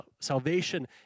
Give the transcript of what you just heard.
salvation